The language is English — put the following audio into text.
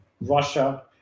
Russia